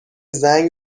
زنگ